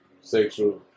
sexual